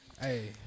Hey